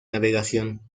navegación